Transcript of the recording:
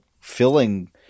filling